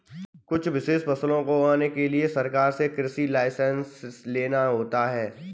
कुछ विशेष फसलों को उगाने के लिए सरकार से कृषि लाइसेंस लेना होता है